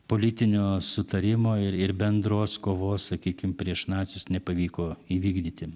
politinio sutarimo ir ir bendros kovos sakykim prieš nacius nepavyko įvykdyti